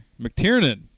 McTiernan